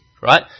right